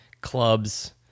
clubs